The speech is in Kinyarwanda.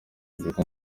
ibigo